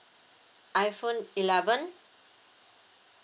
iPhone eleven